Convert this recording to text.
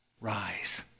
rise